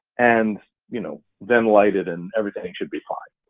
and you know then light it and everything should be fine.